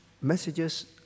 messages